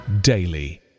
daily